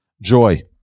joy